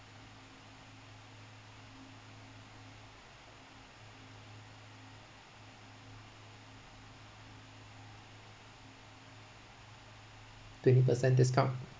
twenty percent discount